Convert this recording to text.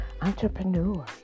entrepreneur